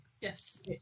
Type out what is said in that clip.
Yes